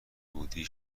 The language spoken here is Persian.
بودی